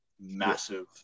massive